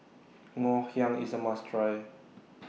Ngoh Hiang IS A must Try